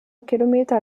kilometer